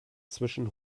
zwischen